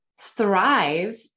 thrive